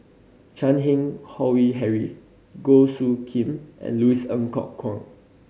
Chan Keng Howe Harry Goh Soo Khim and Louis Ng Kok Kwang